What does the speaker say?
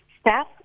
staff